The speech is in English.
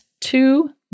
Two